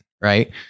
right